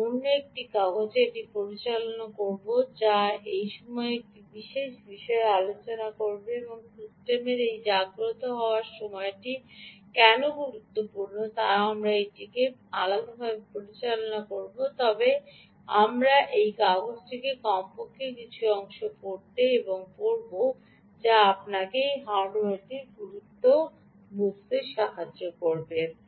অন্য একটি কাগজে এটি পরিচালনা করব যা এই বিশেষ বিষয়ে আলোচনা করবে সিস্টেমের এই জাগ্রত হওয়ার সময়টি কেন গুরুত্বপূর্ণ তা আমরা এইটিকে আলাদাভাবে পরিচালনা করব তবে আমরা এই কাগজটির কমপক্ষে কিছু অংশ পড়তে এবং পড়ব যা আপনাকে এখানে হার্ডওয়্যারটির গুরুত্ব বুঝতে দেবে